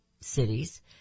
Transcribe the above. cities